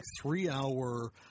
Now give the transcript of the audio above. three-hour